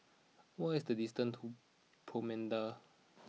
what is the distance to Promenade